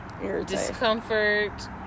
Discomfort